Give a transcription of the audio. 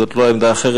זו לא עמדה אחרת,